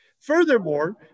Furthermore